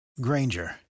Granger